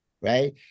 right